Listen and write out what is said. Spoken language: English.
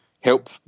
help